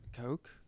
Coke